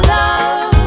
love